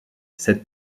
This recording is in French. cette